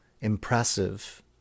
impressive